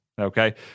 okay